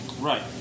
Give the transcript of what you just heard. right